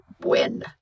win